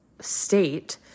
state